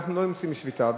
כשאנחנו לא נמצאים בשביתה.